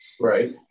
Right